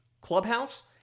clubhouse